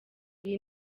iyi